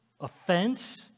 offense